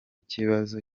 kibazo